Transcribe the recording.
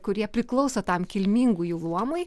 kurie priklauso tam kilmingųjų luomui